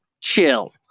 Chill